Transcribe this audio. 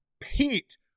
Pete